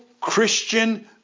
Christian